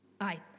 Aye